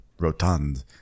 Rotund